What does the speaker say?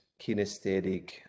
kinesthetic